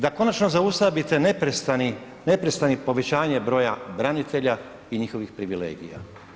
Da konačno zaustavite neprestano povećanje broja branitelja i njihovih privilegija?